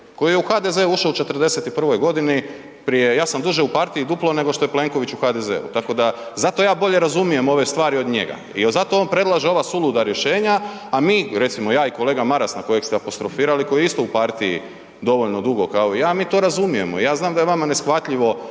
koji je u HDZ ušao u 41 godini prije, ja sam duže u partiji duplo nego što je Plenković u HDZ-u. Tako da, zato ja bolje razumijem ove stvari od njega jer zato on predlaže ova suluda rješenja, a mi, recimo ja i kolega Maras na kojeg ste apostrofirali koji je isto u partiji dovoljno dugo kao i ja, mi to razumijemo i ja znam da je vama neshvatljivo